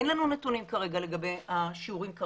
אין לנו נתונים כרגע לגבי השיעורים,